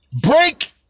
break